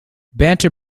banter